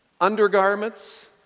undergarments